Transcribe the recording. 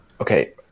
okay